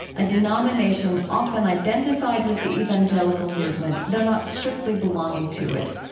a denomination often identified with the evangelical movement, though not strictly belonging to it.